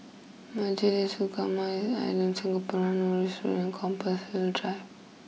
Majlis Ugama Islam Singapura Norris Road and Compassvale Drive